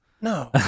No